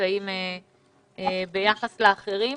נמצאים ביחס לאחרים.